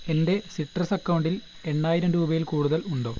എൻ്റെ സിട്രസ് അക്കൗണ്ടിൽ എണ്ണായിരം രൂപയിൽ കൂടുതൽ ഉണ്ടോ